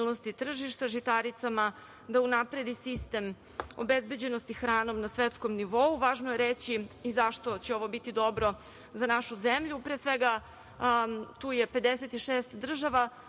tržišta žitaricama, da unapredi sistem obezbeđenosti hranom na svetskom nivou. Važno je reći i zašto će ovo biti dobro za našu zemlju. Pre svega, tu je 56 država